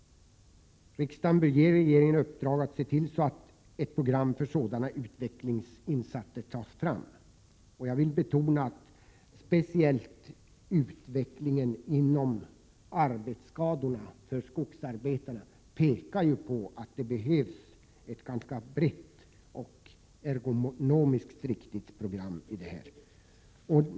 Riksdagen bör ge regeringen i uppdrag att se till att ett program för sådana utvecklingsinsatser tas fram. Jag vill betona att speciellt utvecklingen när det gäller arbetsskador bland skogsarbetarna visar att det behövs ett ganska brett och ergonomiskt riktat program i detta avseende.